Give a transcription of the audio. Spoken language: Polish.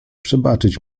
przebaczyć